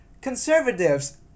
Conservatives